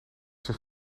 zich